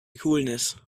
coolness